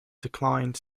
declined